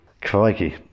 Crikey